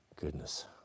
goodness